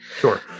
Sure